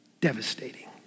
devastating